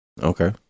Okay